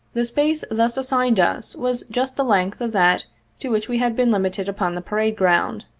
the space thus assigned us was just the length of that to which we had been limited upon the parade ground,